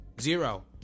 Zero